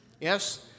Yes